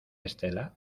estela